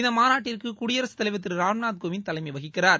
இந்த மாநாட்டிற்கு குடியரசு தலைவர் திரு ராம்நாத் கோவிந்த் தலைமை வகிக்கிறார்